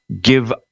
give